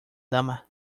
dama